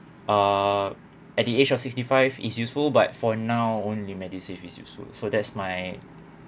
uh at the age of sixty five is useful but for now only medisave is useful so that's my